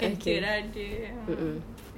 okay mm mm